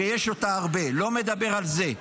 ויש אותה הרבה, לא מדבר על זה,